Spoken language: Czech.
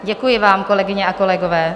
Děkuji vám, kolegyně a kolegové.